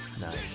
Nice